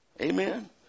Amen